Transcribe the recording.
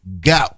Go